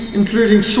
including